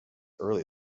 early